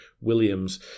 Williams